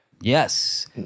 Yes